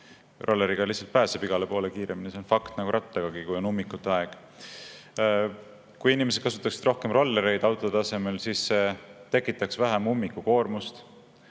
rolleriga pääseb igale poole kiiremini – see on fakt –, nagu rattagagi, kui on ummikute aeg. Kui inimesed kasutaksid rohkem rollereid auto asemel, siis see tekitaks vähem ummikukoormust,